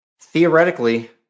Theoretically